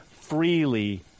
freely